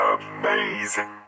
amazing